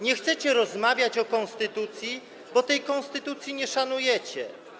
Nie chcecie rozmawiać o konstytucji, bo tej konstytucji nie szanujecie.